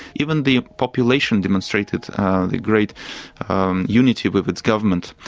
even the population demonstrated the great unity with its government,